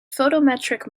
photometric